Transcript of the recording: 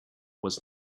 was